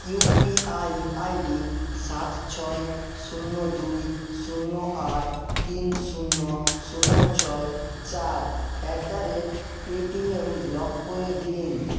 you P I I D সাত ছয় শূন্য দুই শূন্য আট তিন শূন্য শূন্য ছয় চার at the rate Paytm block করে দিন